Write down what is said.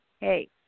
hey